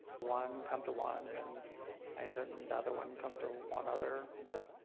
one come to one and i had another one come to one other but